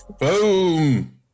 Boom